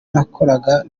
nakoraga